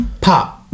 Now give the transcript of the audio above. pop